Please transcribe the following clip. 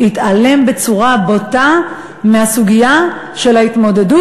התעלם בצורה בוטה מהסוגיה של ההתמודדות,